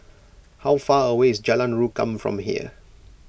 how far away is Jalan Rukam from here